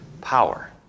power